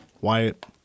Wyatt